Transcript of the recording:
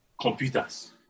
computers